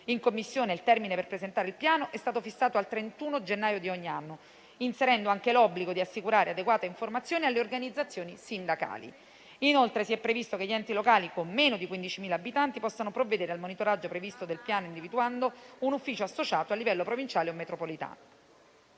In Commissione, il termine per presentare il Piano è stato fissato al 31 gennaio di ogni anno, inserendo anche l'obbligo di assicurare adeguata informazione alle organizzazioni sindacali. Si è previsto inoltre che gli enti locali con meno di 15.000 abitanti possano provvedere al monitoraggio previsto dal Piano individuando un ufficio associato a livello provinciale o metropolitano.